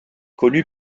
connue